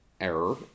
error